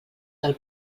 del